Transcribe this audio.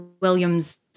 Williams